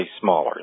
smaller